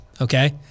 okay